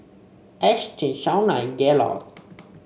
Ashtyn Shauna and Gaylord